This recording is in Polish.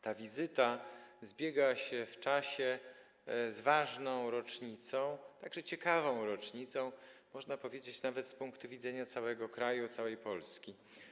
Ta wizyta zbiega się w czasie z ważną rocznicą, także ciekawą rocznicą, można powiedzieć, nawet z punktu widzenia całego kraju, całej Polski.